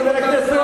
חבר הכנסת,